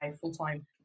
full-time